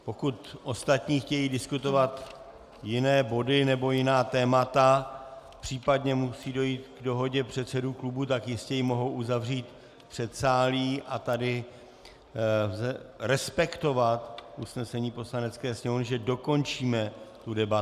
Pokud ostatní chtějí diskutovat jiné body nebo jiná témata, případně musí dojít k dohodě předsedů klubů, tak ji jistě mohou uzavřít v předsálí a tady respektovat usnesení Poslanecké sněmovny, že dokončíme debatu.